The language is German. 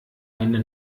eine